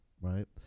right